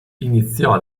iniziò